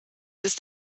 ist